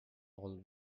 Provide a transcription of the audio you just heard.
all